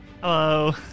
Hello